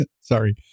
sorry